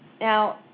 Now